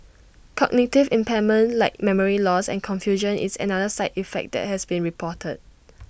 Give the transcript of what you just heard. cognitive impairment like memory loss and confusion is another side effect that has been reported